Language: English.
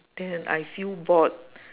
then I feel bored